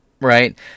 Right